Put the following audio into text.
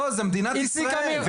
לא, זה מדינת ישראל.